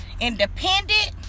independent